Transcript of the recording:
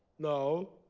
no. ah,